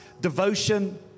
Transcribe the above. devotion